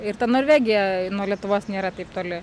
ir ta norvegija nuo lietuvos nėra taip toli